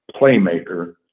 playmaker